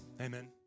Amen